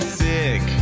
sick